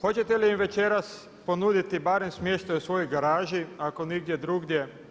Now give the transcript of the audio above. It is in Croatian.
Hoćete li je večeras ponuditi barem smještaj u svojoj garaži ako nigdje drugdje?